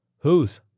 Whose